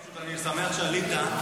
פשוט אני שמח שעלית,